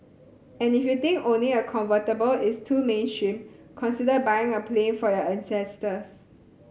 and if you think owning a convertible is too mainstream consider buying a plane for your ancestors